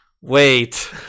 wait